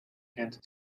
and